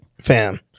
Fam